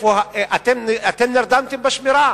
אתם נרדמתם בשמירה,